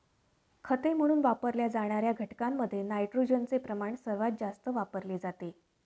खते म्हणून वापरल्या जाणार्या घटकांमध्ये नायट्रोजनचे प्रमाण सर्वात जास्त वापरले जाते